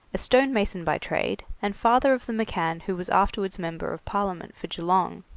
a stonemason by trade, and father of the mccann who was afterwards member of parliament for geelong.